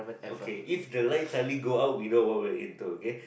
okay if the light suddenly go out we know what we are into okay